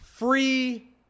Free